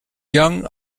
young